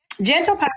Gentle